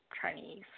Chinese